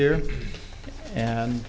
year and